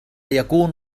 يكون